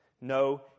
No